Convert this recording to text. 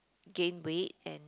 gain weight and